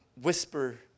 whisper